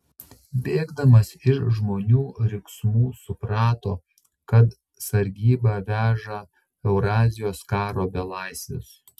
bėgdamas iš žmonių riksmų suprato kad sargyba veža eurazijos karo belaisvius